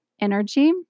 energy